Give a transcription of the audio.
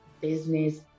business